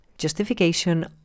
Justification